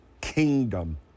kingdom